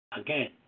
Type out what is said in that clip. Again